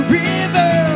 river